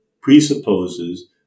presupposes